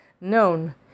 known